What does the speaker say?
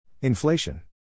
Inflation